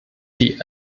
die